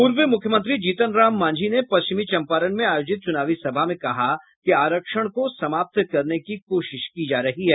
पूर्व मुख्यमंत्री जीतन राम मांझी ने पश्चिमी चंपारण में आयोजित चुनावी सभा में कहा कि आरक्षण को समाप्त करने की कोशिश की जा रही है